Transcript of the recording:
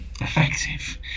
effective